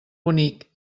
bonic